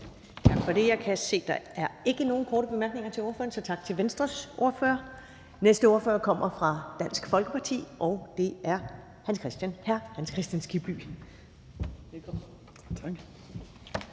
Jeg kan se, at der ikke er nogen korte bemærkninger til ordføreren, så tak til Venstres ordfører. Næste ordfører kommer fra Dansk Folkeparti, og det er hr. Hans Kristian Skibby.